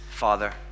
Father